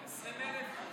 20,000?